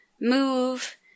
move